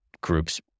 groups